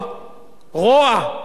כמה אמירות פופוליסטיות,